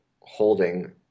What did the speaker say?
holding